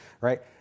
right